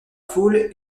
foule